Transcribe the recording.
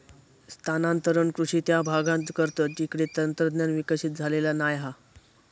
स्थानांतरण कृषि त्या भागांत करतत जिकडे तंत्रज्ञान विकसित झालेला नाय हा